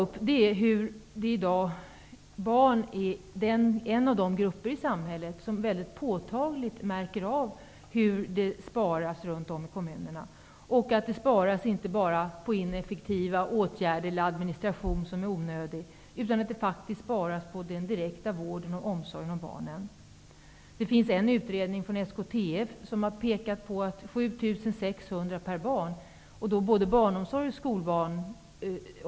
Barn utgör i dag en av de grupper i samhället som mycket påtagligt märker av hur det sparas runt om i kommunerna. Det sparas inte bara på inefffektiva åtgärder eller på onödig administration. Det sparas faktiskt på den direkta vården och omsorgen om barnen. En utredning från SKTF pekar på att 7 600 sparas i genomsnitt per barn i vårt land.